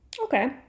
okay